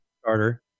starter